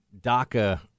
DACA